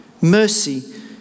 mercy